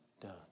done